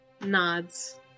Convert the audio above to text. nods